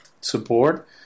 support